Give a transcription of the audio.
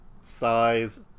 size